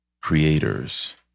creators